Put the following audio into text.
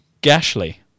Gashly